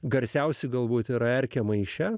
garsiausi galbūt ir erkę maiše